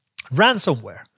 ransomware